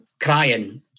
crying